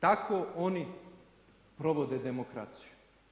Tako oni provode demokraciju.